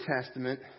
Testament